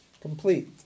complete